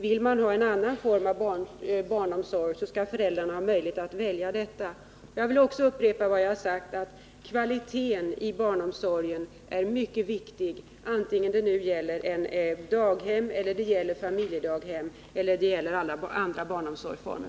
Vill man ha en annan form av barnomsorg skall föräldrarna ha möjlighet att välja det. Jag vill också upprepa att kvaliteten i barnomsorgen är mycket viktig, vare sig det nu gäller daghem, familjedaghem eller andra barnomsorgsformer.